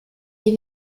die